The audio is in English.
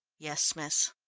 yes, miss.